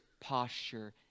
posture